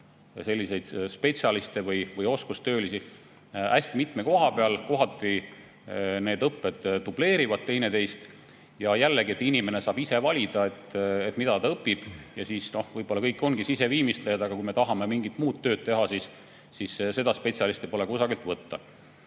samu spetsialiste või oskustöölisi hästi mitme koha peal ja kohati need õpped dubleerivad teineteist. Aga jah, inimene saab ise valida, mida ta õpib. Nii võib-olla paljud ongi siseviimistlejad, aga kui me tahame mingit muud tööd ära teha, siis spetsialiste pole kusagilt võtta.